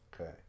Okay